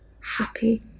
happy